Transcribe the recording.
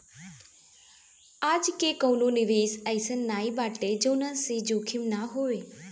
आजके कवनो निवेश अइसन नाइ बाटे जवना में जोखिम ना होखे